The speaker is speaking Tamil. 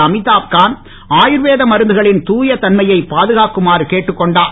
அமிதாப் காந்த் ஆயுர்வேத மருந்துகளின் தூய தன்மையை பாதுகாக்குமாறு கேட்டுக் கொண்டார்